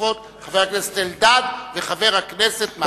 נוספות חבר הכנסת אלדד וחבר הכנסת מקלב.